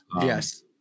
yes